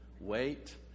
Wait